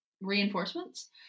reinforcements